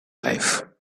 life